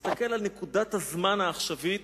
מסתכל על נקודת הזמן העכשווית.